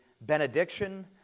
benediction